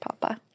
papa